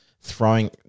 throwing –